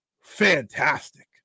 fantastic